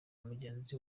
mugenzi